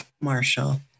Marshall